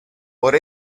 por